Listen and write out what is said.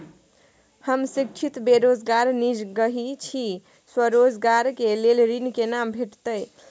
हम शिक्षित बेरोजगार निजगही छी, स्वरोजगार के लेल ऋण केना भेटतै?